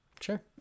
sure